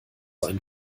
einen